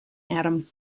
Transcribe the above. atom